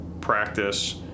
Practice